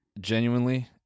Genuinely